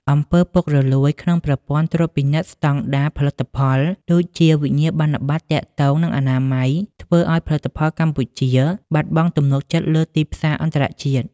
អំពើពុករលួយ ក្នុងប្រព័ន្ធត្រួតពិនិត្យស្ដង់ដារផលិតផល (ដូចជាវិញ្ញាបនបត្រទាក់ទងនឹងអនាម័យ) ធ្វើឱ្យផលិតផលកម្ពុជាបាត់បង់ទំនុកចិត្តលើទីផ្សារអន្តរជាតិ។